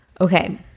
okay